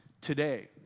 today